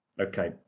Okay